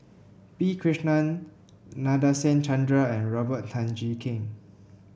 P Krishnan Nadasen Chandra and Robert Tan Jee Keng